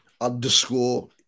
underscore